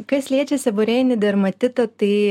kas liečia seborėjinį dermatitą tai